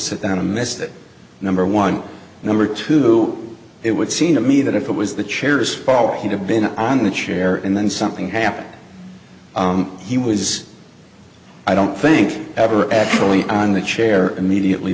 sit on a message that number one number two it would seem to me that if it was the chairs fall he'd have been on the chair and then something happened he was i don't think ever actually on the chair immediately